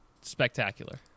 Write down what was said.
spectacular